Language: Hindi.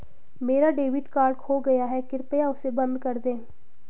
मेरा डेबिट कार्ड खो गया है, कृपया उसे बंद कर दें